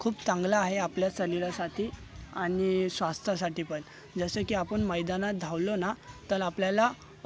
खूप चांगलं आहे आपल्या शरीरासाठी आणि स्वास्थासाठी पण जसं की आपण मैदानात धावलो ना तर आपल्याला